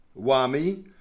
WAMI